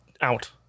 out